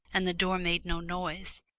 and the door made no noise.